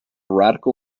radical